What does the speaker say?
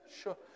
sure